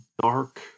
dark